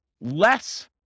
less